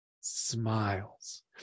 smiles